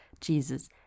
Jesus